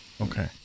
Okay